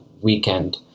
weekend